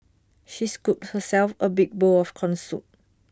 she scooped herself A big bowl of Corn Soup